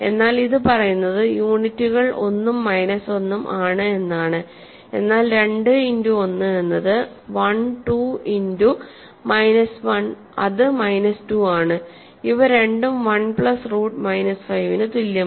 എന്നാൽ ഇത് പറയുന്നത് യൂണിറ്റുകൾ 1 ഉം മൈനസ് 1 ഉം ആണ് എന്നാണ് എന്നാൽ 2 ഇന്റു 1 എന്നത് 1 2 ഇന്റു മൈനസ് 1 അത് മൈനസ് 2 ആണ് ഇവ രണ്ടും 1 പ്ലസ് റൂട്ട് മൈനസ് 5 ന് തുല്യമല്ല